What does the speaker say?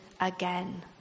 again